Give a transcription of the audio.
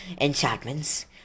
enchantments